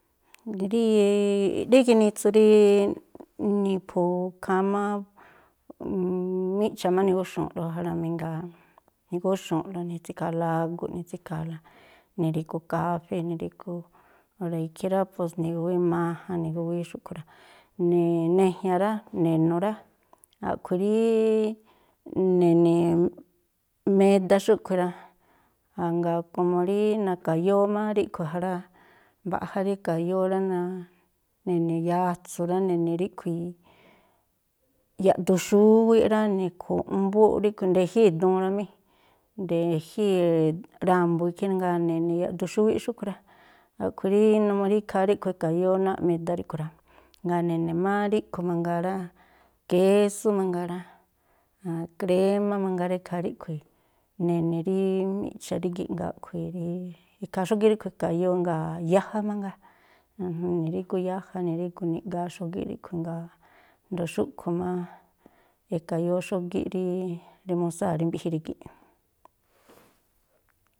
rí ginitsu rí niphu khámá, miꞌcha̱ má nigúxu̱u̱nꞌlo ja rá mí, jngáa̱ nigúxu̱u̱nꞌlo ni̱tsi̱kha̱a̱la agu̱ꞌ, ni̱tsi̱kha̱a̱la, ni̱rígu khafée̱ ni̱rígu, o̱ra̱ ikhí rá, pos ni̱gu̱wíí majan ni̱gu̱wíí xúꞌkhui̱ rá, ne̱jña̱ rá, ne̱nu̱ rá, a̱ꞌkhui̱ rí ne̱ni̱ meda xúꞌkhui̱ rá, a̱nga̱a̱ komo rí na̱ka̱yóó má ríꞌkhui̱ ja rá mbaꞌja rí e̱ka̱yóó rá, ne̱ni̱ yatsu̱ rá, ne̱ni̱ ríꞌkhui̱ yaꞌdun xúwíꞌ rá, ni̱khu̱ꞌmbú ríꞌkhui̱ nde̱jíi̱ duun rá mí, nde̱jíi̱ ra̱mbu̱ ikhí rá, ngáa̱ ne̱ni̱ yaꞌduxúwíꞌ xúꞌkhui̱ rá. A̱ꞌkhui̱ rí numuu rí ikhaa ríꞌkhui̱ e̱ka̱yóó náa̱ꞌ meda ríꞌkhui̱ rá. Jngáa̱ ne̱ni̱ má ríꞌkhui̱ mangaa rá, késú mangaa rá, krémá mangaa rá, ikhaa ríꞌkhui̱ ne̱ni̱ rí miꞌcha̱ rígi̱ꞌ, jngáa̱ a̱ꞌkhui̱ rí ikhaa xógíꞌ ríꞌkhui̱ e̱ka̱yóó, jngáa̱ yaja mangaa, ni̱rígu yaja ni̱rígu niꞌga̱a̱ xógíꞌ ríꞌkhui̱, jngáa̱ a̱jndo̱o xúꞌkhui̱ má e̱ka̱yóó xógíꞌ rí rimusáa̱ rí mbiꞌji rígi̱ꞌ.